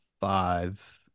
five